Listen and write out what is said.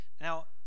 Now